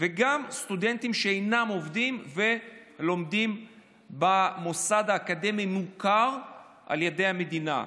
וגם לסטודנטים שאינם עובדים ולומדים במוסד אקדמי מוכר על ידי המדינה.